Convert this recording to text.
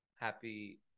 Happy